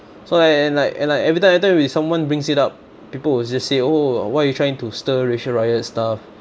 so I and like and like every time every time when someone brings it up people will just say oh why you trying to stir racial riots stuff